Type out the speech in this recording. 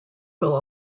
will